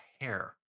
hair